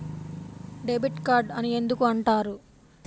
Debit card అని ఎందుకు అంటారు?